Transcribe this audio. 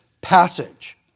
passage